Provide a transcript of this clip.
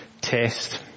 test